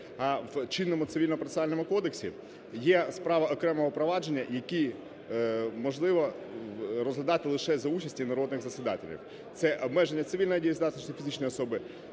А в чинному Цивільному процесуальному кодексі є справи окремого провадження, які можливо розглядати лише за участі народних засідателів. Це обмеження цивільної дієздатності фізичної особи,